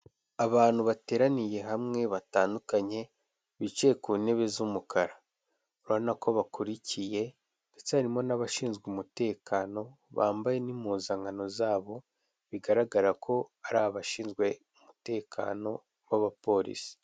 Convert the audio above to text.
Abantu bateraniye hamwe batandukanye, bicaye ku ntebe z'umukara, urabona ko bakurikiye, ndetse harimo n'abashinzwe umutekano bambaye n'impuzankano zabo bigaragara ko ari abashinzwe umutekano w'abaporisi.